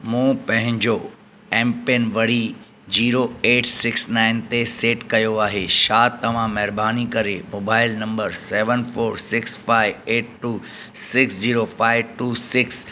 मूं पंहिंजो एमपिन वरी जीरो एट सिक्स नाइन ते सेट कयो आहे छा तव्हां महिरबानी करे mobile number seven four six five eight two six zero five two six